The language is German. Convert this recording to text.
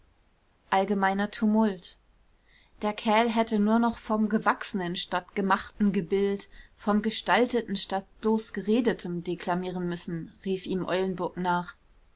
allgemeiner tumult der kerl hätte nur noch vom gewachsenen statt gemachten gebild vom gestalteten statt bloß geredeten deklamieren müssen rief ihm eulenburg nach